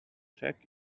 check